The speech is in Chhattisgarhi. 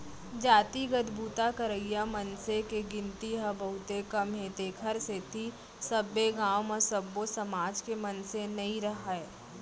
जातिगत बूता करइया मनसे के गिनती ह बहुते कम हे तेखर सेती सब्बे गाँव म सब्बो समाज के मनसे नइ राहय